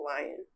lion